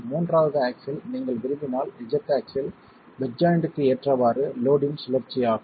மூன்றாவது ஆக்ஸில் நீங்கள் விரும்பினால் z ஆக்ஸில் பெட் ஜாய்ண்ட்க்கு ஏற்றவாறு லோட்டின் சுழற்சி ஆகும்